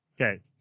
Okay